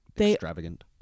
extravagant